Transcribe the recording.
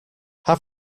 have